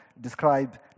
describe